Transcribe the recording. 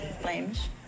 flames